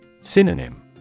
Synonym